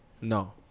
No